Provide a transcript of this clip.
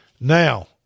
Now